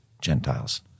Gentiles